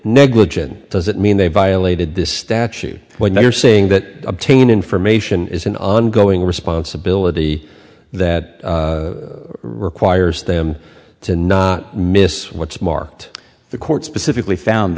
negligent does that mean they violated this statute when you're saying that obtain information is an ongoing responsibility that requires them to not miss what's more the court specifically found